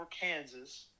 Kansas